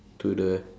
to the